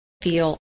feel